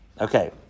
Okay